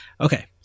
Okay